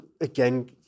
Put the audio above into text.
again